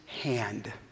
hand